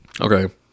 Okay